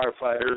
firefighters